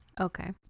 Okay